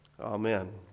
Amen